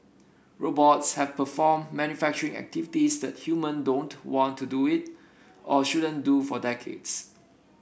robots have performed manufacturing activities that human don't want to do it or shouldn't do for decades